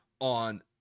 on